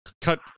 cut